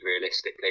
realistically